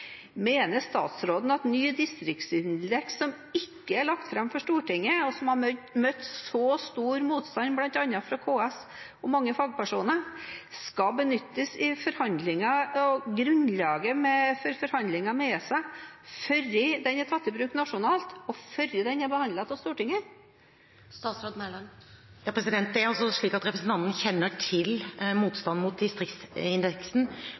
Mener statsråden at ny distriktsindeks som ikke er lagt fram for Stortinget, og som har møtt så stor motstand bl.a. fra KS og mange fagpersoner, skal benyttes i grunnlaget for forhandlinger med ESA før den er tatt i bruk nasjonalt, og før den er behandlet av Stortinget? Det er altså slik at representanten kjenner til